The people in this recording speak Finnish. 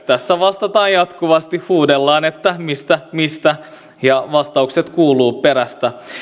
tässä vastataan jatkuvasti huudellaan että mistä mistä ja vastaukset kuuluvat perästä